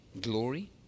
glory